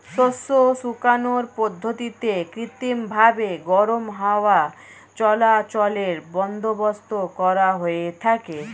শস্য শুকানোর পদ্ধতিতে কৃত্রিমভাবে গরম হাওয়া চলাচলের বন্দোবস্ত করা হয়ে থাকে